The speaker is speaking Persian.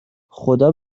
خدا